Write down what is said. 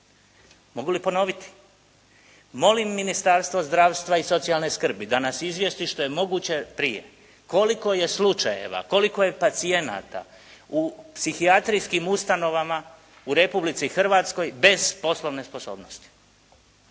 Mogu li ponoviti? Molim Ministarstvo zdravstva i socijalne skrbi da nas izvijesti što je moguće prije koliko je slučajeva, koliko je pacijenata u psihijatrijskim ustanovama u Republici Hrvatskoj bez poslovne sposobnosti?